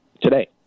today